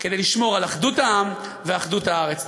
כדי לשמור על אחדות העם ואחדות הארץ.